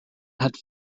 had